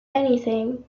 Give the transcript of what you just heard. anything